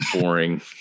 boring